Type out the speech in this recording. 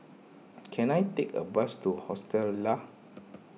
can I take a bus to Hostel Lah